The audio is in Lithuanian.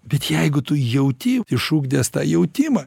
bet jeigu tu jauti išugdęs tą jautimą